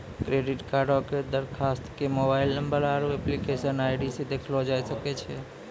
credit कार्डो के दरखास्त के मोबाइल नंबर आरु एप्लीकेशन आई.डी से देखलो जाय सकै छै